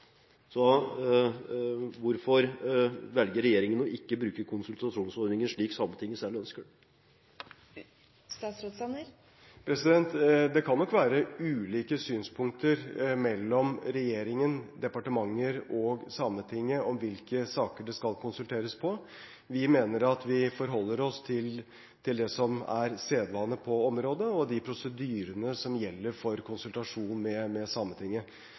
Så hvorfor velger regjeringen ikke å bruke konsultasjonsordningen, slik Sametinget selv ønsker? Det kan nok være ulike synspunkter mellom regjeringen, departementene og Sametinget om hvilke saker det skal konsulteres på. Vi mener at vi forholder oss til det som er sedvane på området, og til de prosedyrene som gjelder for konsultasjon med Sametinget. Så vi oppfyller konsultasjonsplikten, og vi har god dialog med Sametinget.